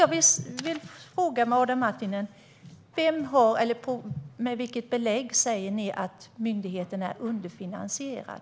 Jag vill fråga Adam Marttinen: Med vilka belägg säger ni att myndigheten är underfinansierad?